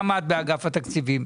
גם את ואגף התקציבים.